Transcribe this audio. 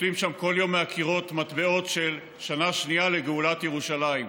נופלים שם כל יום מהקירות מטבעות של שנה שנייה לגאולת ירושלים: